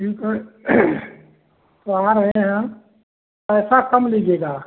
ठीक है तो आ रहे हैं पैसा कम लीजिएगा